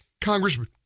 Congressman